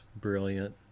brilliant